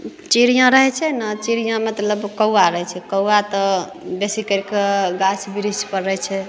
चिड़ियाँ रहैत छै ने चिड़ियाँ मतलब कौआ रहैत छै कौआ तऽ बेसी करि कऽ गाछ बृछ पर रहैत छै